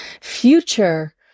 future